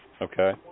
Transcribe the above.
Okay